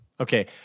Okay